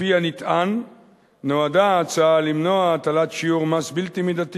על-פי הנטען נועדה ההצעה למנוע הטלת שיעור מס בלתי מידתי